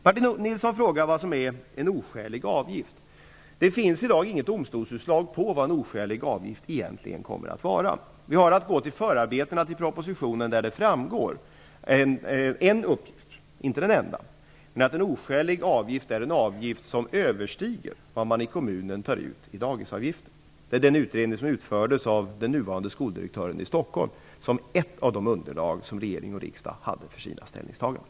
Martin Nilsson frågar vad som är en oskälig avgift. Det finns i dag inget domstolsutslag som anger vad en oskälig avgift egentligen är. Vi har att gå till förarbetena till propositionen. Där finns det en uppgift -- det är inte den enda -- som säger att en oskälig avgift är en avgift som överstiger vad man i kommunen tar ut i dagisavgifter. Det sägs i en utredning som utfördes av den nuvarande skoldirektören i Stockholm. Den är del i det underlag som regering och riksdag hade för sina ställningstaganden.